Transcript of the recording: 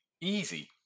Easy